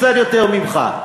קצת יותר ממך.